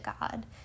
God